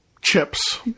chips